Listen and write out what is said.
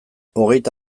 hogeita